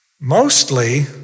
mostly